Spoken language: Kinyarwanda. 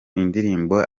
indirimbo